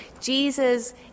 Jesus